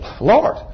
Lord